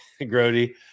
Grody